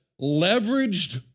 leveraged